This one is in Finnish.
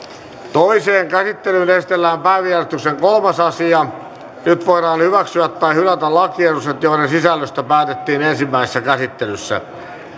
toiseen käsittelyyn esitellään päiväjärjestyksen kolmas asia nyt voidaan hyväksyä tai hylätä lakiehdotukset joiden sisällöstä päätettiin ensimmäisessä käsittelyssä